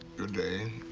good day.